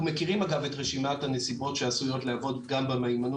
מכירים אגב את רשימת הנסיבות שעשויות להוות פגם במהימנות